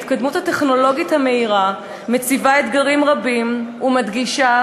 ההתקדמות הטכנולוגית המהירה מציבה אתגרים רבים ומדגישה